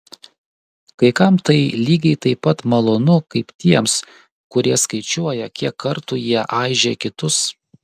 kai kam tai lygiai taip pat malonu kaip tiems kurie skaičiuoja kiek kartų jie aižė kitus